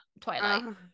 Twilight